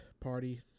party